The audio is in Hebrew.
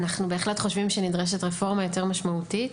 אנחנו בהחלט חושבים שנדרשת רפורמה יותר משמעותית.